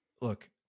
Look